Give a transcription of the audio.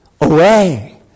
away